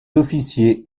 officiers